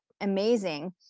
amazing